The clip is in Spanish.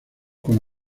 con